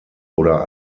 oder